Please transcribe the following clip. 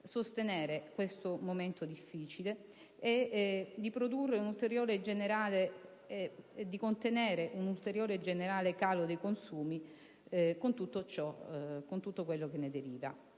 sostenere questo momento difficile e di contenere un ulteriore e generale calo dei consumi, con tutto quello che ne deriva.